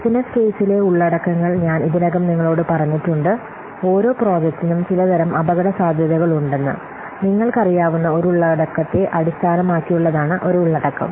business കേസിലെ ഉള്ളടക്കങ്ങൾ ഞാൻ ഇതിനകം നിങ്ങളോട് പറഞ്ഞിട്ടുണ്ട് ഓരോ പ്രോജക്റ്റിനും ചിലതരം അപകടസാധ്യതകളുണ്ടെന്ന് നിങ്ങൾക്കറിയാവുന്ന ഒരു ഉള്ളടക്കത്തെ അടിസ്ഥാനമാക്കിയുള്ളതാണ് ഒരു ഉള്ളടക്കം